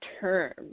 term